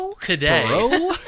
today